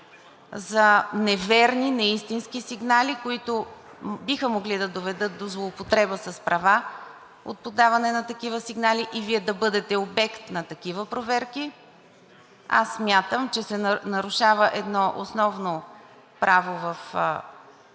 за неверни, неистински сигнали, които биха могли да доведат до злоупотреба с права от подаване на такива сигнали, и Вие да бъдете обект на такива проверки, смятам, че се нарушава едно основно право в